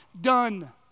done